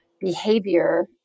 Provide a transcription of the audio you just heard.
behavior